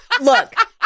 look